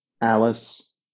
Alice